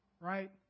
right